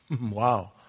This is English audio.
Wow